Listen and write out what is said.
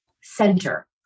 center